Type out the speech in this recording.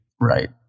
right